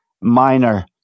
minor